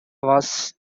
was